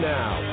now